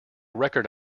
record